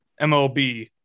MLB